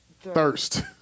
Thirst